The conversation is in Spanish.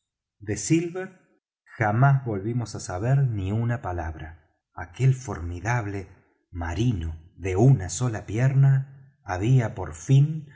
de silver jamás volvimos á saber ni una palabra aquel formidable marino de una sola pierna había por fin